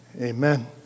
amen